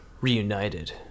reunited